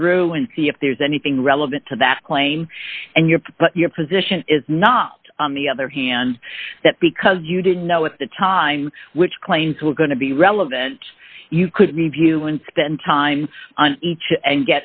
it through and see if there's anything relevant to that claim and your but your position is not on the other hand that because you didn't know at the time which claims were going to be relevant you could review and spend time on each and